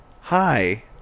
hi